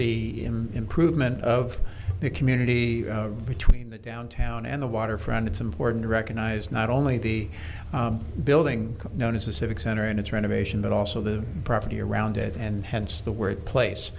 the improvement of the community between the downtown and the waterfront it's important to recognize not only the building known as the civic center and its renovation but also the property around it and hence the word place